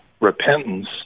repentance